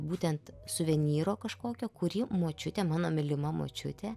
būtent suvenyro kažkokio kurį močiutė mano mylima močiutė